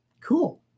Cool